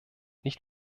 nicht